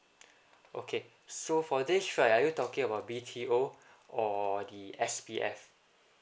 okay so for this right are you talking about B_T_O or the S_B_F